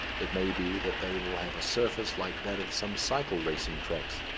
it may be that they will have a surface like that of some cycle-racing tracks,